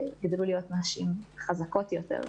שיגדלו להיות נשים חזקות יותר.